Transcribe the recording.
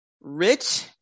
Rich